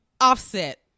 Offset